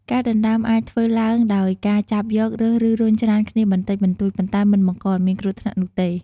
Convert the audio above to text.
ការដណ្ដើមអាចធ្វើឡើងដោយចាប់យក រើស ឬរុញច្រានគ្នាបន្តិចបន្តួច ប៉ុន្តែមិនបង្កឱ្យមានគ្រោះថ្នាក់នោះទេ។